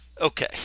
okay